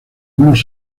unos